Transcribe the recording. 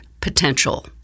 potential